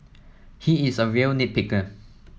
he is a real nit picker